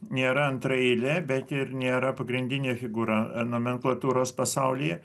nėra antraeilė bet ir nėra pagrindinė figūra nomenklatūros pasaulyje